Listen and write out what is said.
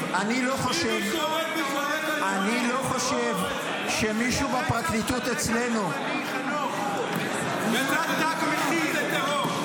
אני לא חושב שמישהו בפרקליטות אצלנו --- האם אתה רואה בזה טרור?